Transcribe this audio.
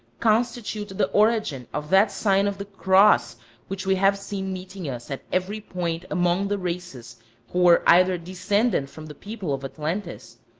constitute the origin of that sign of the cross which we have seen meeting us at every point among the races who were either descended from the people of atlantis,